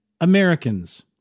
Americans